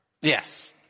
Yes